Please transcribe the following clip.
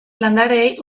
landareei